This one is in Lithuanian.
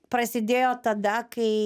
prasidėjo tada kai